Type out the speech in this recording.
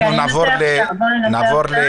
אנחנו עוברים לישי